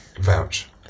Vouch